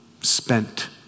spent